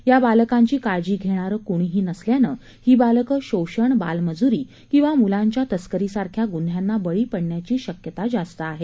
या बालकांची काळजी घेणारं कुणीही नसल्यानं ही बालकं शोषण बालमजुरी किंवा मुलांच्या तस्करीसारख्या गुन्ह्यांना बळी पडण्याची शक्यता जास्त आहे